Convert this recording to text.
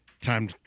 Time